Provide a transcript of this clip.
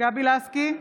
גבי לסקי,